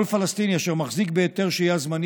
כל פלסטיני אשר מחזיק בהיתר שהייה זמני